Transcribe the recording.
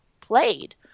played